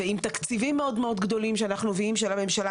ועם תקציבים מאוד מאוד גדולים שאנחנו מביאים של הממשלה,